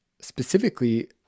specifically